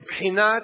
מבחינת